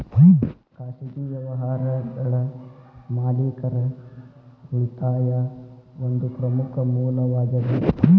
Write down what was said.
ಖಾಸಗಿ ವ್ಯವಹಾರಗಳ ಮಾಲೇಕರ ಉಳಿತಾಯಾ ಒಂದ ಪ್ರಮುಖ ಮೂಲವಾಗೇದ